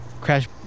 Crash